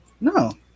No